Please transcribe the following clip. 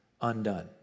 undone